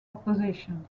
opposition